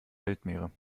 weltmeere